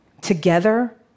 Together